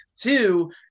Two